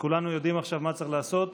כולנו יודעים עכשיו מה צריך לעשות.